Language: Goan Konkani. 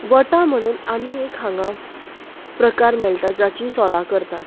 वटो म्हण आनी एक हांगा प्रकार मेळटा जाचीं सोलां करतात